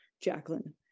Jacqueline